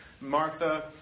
Martha